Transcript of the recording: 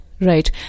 Right